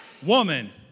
Woman